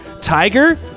Tiger